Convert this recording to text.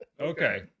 Okay